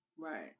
Right